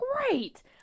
great